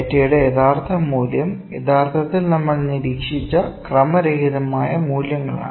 ഡാറ്റയുടെ യഥാർത്ഥ മൂല്യം യഥാർത്ഥത്തിൽ നമ്മൾ നിരീക്ഷിച്ച ക്രമരഹിതമായ മൂല്യങ്ങളാണ്